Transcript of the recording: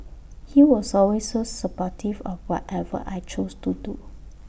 he was always so supportive of whatever I chose to do